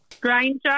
Granger